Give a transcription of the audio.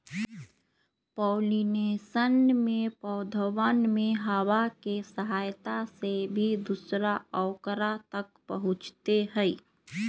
pollination में पौधवन में हवा के सहायता से भी दूसरा औकरा तक पहुंचते हई